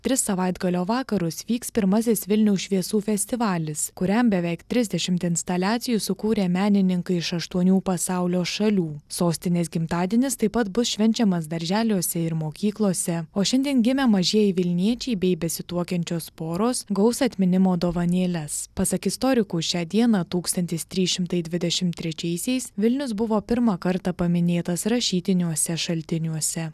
tris savaitgalio vakarus vyks pirmasis vilniaus šviesų festivalis kuriam beveik trisdešimt instaliacijų sukūrė menininkai iš aštuonių pasaulio šalių sostinės gimtadienis taip pat bus švenčiamas darželiuose ir mokyklose o šiandien gimę mažieji vilniečiai bei besituokiančios poros gaus atminimo dovanėles pasak istorikų šią dieną tūkstantis trys šimtai dvidešim trečiaisiais vilnius buvo pirmą kartą paminėtas rašytiniuose šaltiniuose